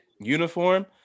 uniform